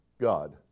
God